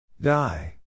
Die